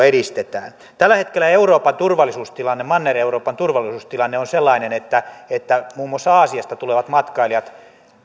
edistetään tällä hetkellä euroopan turvallisuustilanne manner euroopan turvallisuustilanne on sellainen että että muun muassa aasiasta tulevat matkailijat